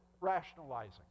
rationalizing